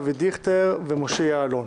אבי דיכטר ומשה יעלון.